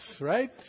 Right